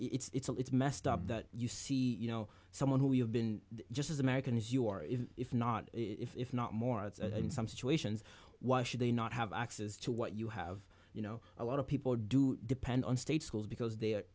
it's a it's messed up that you see you know someone who you've been just as american as you are even if not if not more and some situations why should they not have access to what you have you know a lot of people do depend on state schools because they